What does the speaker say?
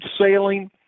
sailing